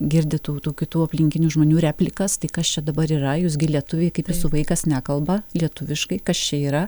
girdi tų tų kitų aplinkinių žmonių replikas tai kas čia dabar yra jūs gi lietuviai kaip jūsų vaikas nekalba lietuviškai kas čia yra